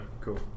Cool